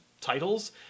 titles